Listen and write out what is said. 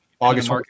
august